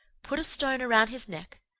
put a stone around his neck,